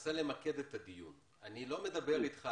מנסה למקד את הדיון: אני לא מדבר אתך